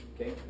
okay